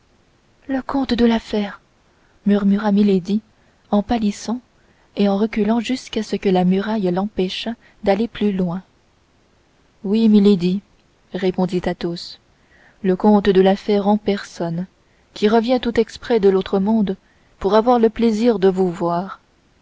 le comte de la fère murmura milady en pâlissant et en reculant jusqu'à ce que la muraille l'empêchât d'aller plus loin oui milady répondit athos le comte de la fère en personne qui revient tout exprès de l'autre monde pour avoir le plaisir de vous voir